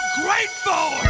grateful